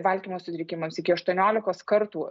valgymo sutrikimams iki aštuoniolikos kartų